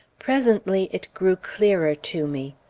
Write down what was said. presently it grew clearer to me.